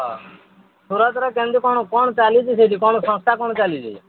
ହଁ ସୁରଟରେ କେମିତି କ'ଣ କ'ଣ ଚାଲିଛି ସେଇଠି କ'ଣ ସଂସ୍ଥା କ'ଣ ଚାଲିଛି